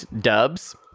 dubs